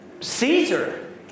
Caesar